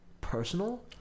personal